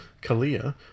Kalia